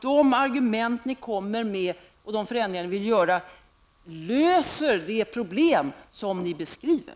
De argument ni kommer med och de förändringar ni vill göra löser inte de problem som ni beskriver.